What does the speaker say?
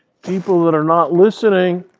people that are not listening.